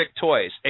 toys